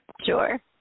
Sure